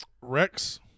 rex